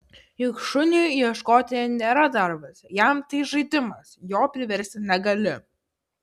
juk šuniui ieškoti nėra darbas jam tai žaidimas jo priversti negali